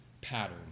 pattern